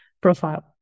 profile